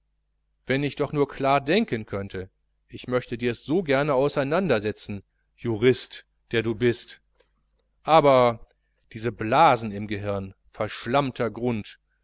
wenn ich doch nur klar denken könnte ich möchte dirs so gerne auseinandersetzen jurist der du bist aber diese blasen im gehirn verschlammter grund